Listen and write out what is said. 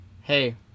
Hey